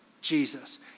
Jesus